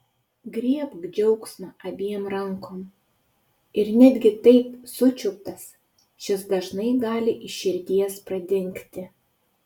griebk džiaugsmą abiem rankom ir netgi taip sučiuptas šis dažnai gali iš širdies pradingti